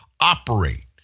operate